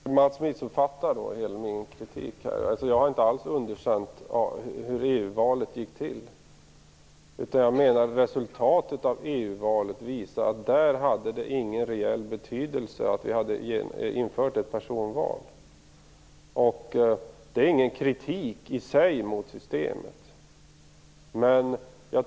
Herr talman! Mats Berglind missuppfattar min kritik. Jag har inte alls underkänt hur EU-valet gick till. Jag menar däremot att resultatet av EU-valet visar att det inte hade någon reell betydelse att vi hade infört ett personval där. Det är inte någon kritik mot systemet i sig.